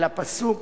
על הפסוק